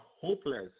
hopeless